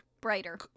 brighter